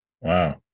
Wow